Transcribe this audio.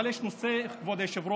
אבל יש נושא, כבוד היושב-ראש,